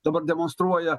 dabar demonstruoja